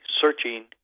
searching